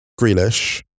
Grealish